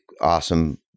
awesome